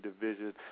division